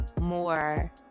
more